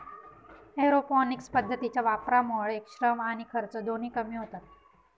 aeroponics पद्धतीच्या वापरामुळे श्रम आणि खर्च दोन्ही कमी होतात